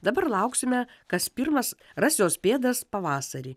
dabar lauksime kas pirmas ras jos pėdas pavasarį